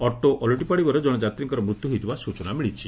auto ଓଲଟିପଡ଼ିବାରୁ ଜଣେ ଯାତ୍ରୀଙ୍କର ମୃତ୍ୟୁ ହୋଇଥିବା ସୂଚନା ମିଳିଛି